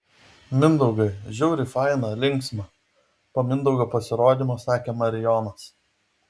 mindaugai žiauriai faina linksma po mindaugo pasirodymo sakė marijonas